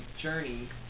journey